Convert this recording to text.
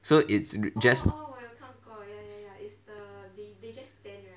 so it's just